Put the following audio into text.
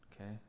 okay